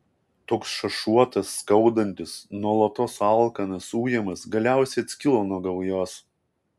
toks šašuotas skaudantis nuolatos alkanas ujamas galiausiai atskilo nuo gaujos